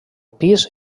pis